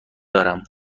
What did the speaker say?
دارم